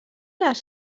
les